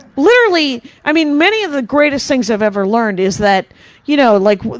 literally, i mean many of the greatest things i've ever learned is that you know, like,